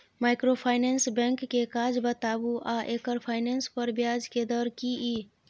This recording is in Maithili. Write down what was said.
माइक्रोफाइनेंस बैंक के काज बताबू आ एकर फाइनेंस पर ब्याज के दर की इ?